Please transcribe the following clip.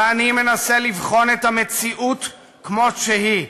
ואני מנסה לבחון את המציאות כמות שהיא.